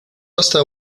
hasta